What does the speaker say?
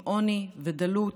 עם עוני ודלות,